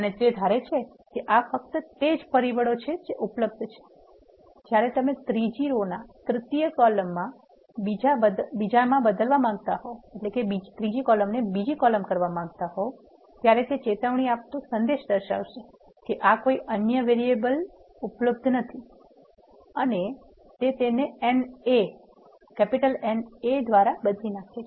અને તે ધારે છે કે આ ફક્ત તે જ પરિબળો છે જે ઉપલબ્ધ છે જ્યારે તમે ત્રીજી રોના તૃતીય કોલમને બીજામાં બદલવા માંગતા હો ત્યારે તે ચેતવણી આપતો સંદેશ દર્શાવશે કે આ કોઇ અન્ય વેરીએબલ ઉપલબ્ધ નથી અને તે તેને NA દ્વરા બદલી નાખે છે